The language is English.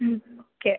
okay